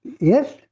Yes